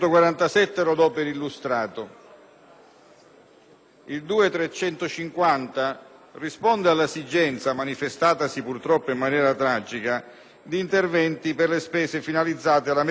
sul 2.350, che risponde all'esigenza - manifestatasi, purtroppo, in maniera tragica - di interventi per le spese finalizzate alla messa in sicurezza degli istituti scolastici.